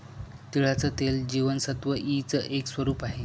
तिळाचं तेल जीवनसत्व ई च एक स्वरूप आहे